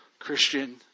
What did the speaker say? Christian